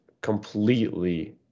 completely –